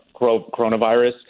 coronavirus